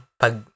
Pag